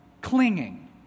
clinging